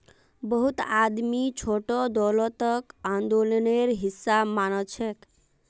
बहुत आदमी छोटो दौलतक आंदोलनेर हिसा मानछेक